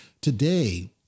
today